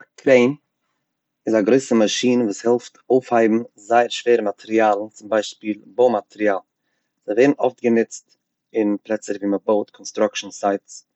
א קרעין, איז א גרויסע מאשין וואס העלפט אויפהייבן זייער שווערע מאטריאלן צום ביישפיל בוי מאטריאל, זיי ווערן אפט גענוצט אין פלעצער ווי מען בויעט קאנסטראקשן סייטס,